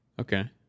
okay